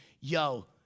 yo